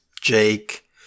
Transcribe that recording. Jake